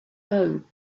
home